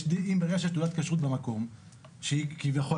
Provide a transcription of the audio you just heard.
ויהיה כדאי